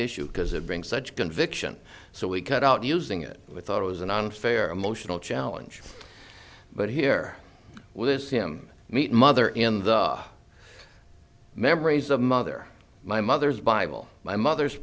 issued because it brings such conviction so we cut out using it with thought it was an unfair emotional challenge but here with him meet mother in the memories of mother my mother's bible my mother's